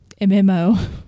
MMO